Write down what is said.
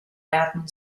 werden